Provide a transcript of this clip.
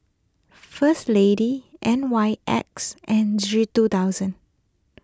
First Lady N Y X and G two thousand